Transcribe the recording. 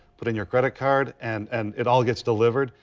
put in your credit card and and it all gets delivered.